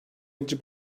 edici